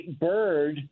bird